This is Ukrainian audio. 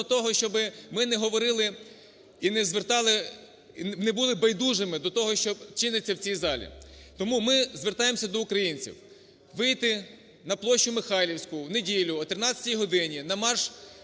того, щоб ми не говорили і не були байдужими до того, що чиниться в цьому залі. Тому ми звертаємося до українців вийти на площу Михайлівську в неділю о 13-й годині на марш